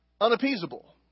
unappeasable